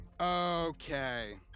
Okay